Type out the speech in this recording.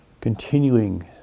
Continuing